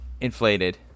inflated